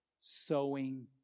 sowing